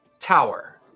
tower